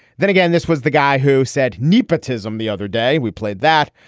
then again, this was the guy who said nepotism the other day. we played that.